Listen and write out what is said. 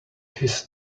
his